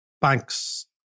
banks